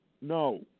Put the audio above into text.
No